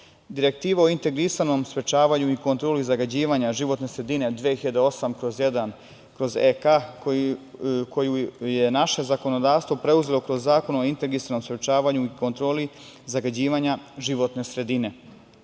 Direktiva o integrisanom sprečavanju i kontroli zagađivanja životne sredine 2008/1/EK, koju je naše zakonodavstvo preuzelo kroz Zakon o integrisanom sprečavanju i kontroli zagađivanja životne sredine. Sa